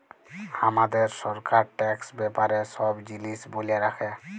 হামাদের সরকার ট্যাক্স ব্যাপারে সব জিলিস ব্যলে রাখে